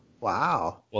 Wow